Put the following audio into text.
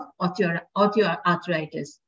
osteoarthritis